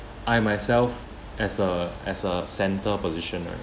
I myself as a as a centre position right